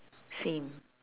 same